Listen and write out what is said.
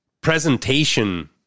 presentation